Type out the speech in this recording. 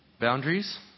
Boundaries